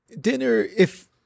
dinner—if